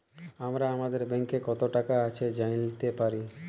আমরা আমাদের ব্যাংকে কত টাকা আছে জাইলতে পারি